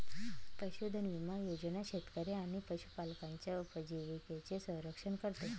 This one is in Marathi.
पशुधन विमा योजना शेतकरी आणि पशुपालकांच्या उपजीविकेचे संरक्षण करते